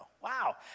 Wow